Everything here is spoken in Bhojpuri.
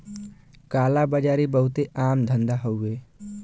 काला बाजारी बहुते आम धंधा हउवे